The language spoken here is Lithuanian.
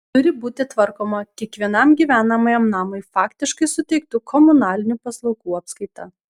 turi būti tvarkoma kiekvienam gyvenamajam namui faktiškai suteiktų komunalinių paslaugų apskaita